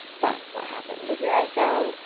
that's what happened. so here i found,